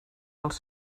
els